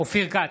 אופיר כץ,